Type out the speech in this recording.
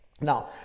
Now